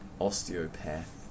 Osteopath